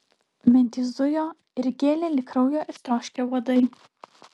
mintys zujo ir gėlė lyg kraujo ištroškę uodai